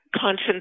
Conscience